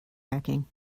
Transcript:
racking